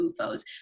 UFOs